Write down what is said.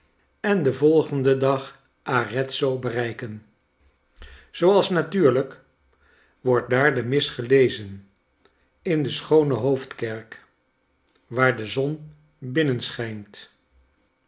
en den volgenden dag arezzo bereiken zooals natuurlijk wordt daar de mis gelezen in de schoone hoofdkerk waar de zon